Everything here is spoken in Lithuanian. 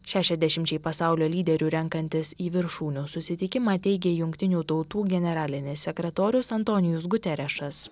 šešiasdešimčiai pasaulio lyderių renkantis į viršūnių susitikimą teigė jungtinių tautų generalinis sekretorius antonijus guterišas